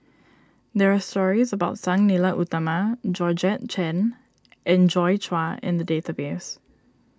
there are stories about Sang Nila Utama Georgette Chen and Joi Chua in the database